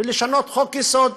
ולשנות חוק-יסוד,